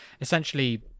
essentially